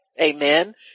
Amen